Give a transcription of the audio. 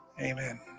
Amen